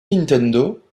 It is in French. nintendo